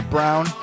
Brown